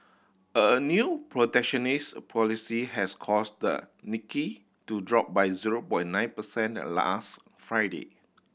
a new protectionist policy has caused the Nikki to drop by zero point nine percent last Friday